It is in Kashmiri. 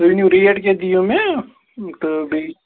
تُہۍ ؤنِو ریٹ کیٛاہ دِیو مےٚ تہٕ بیٚیہِ